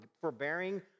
forbearing